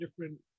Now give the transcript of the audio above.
different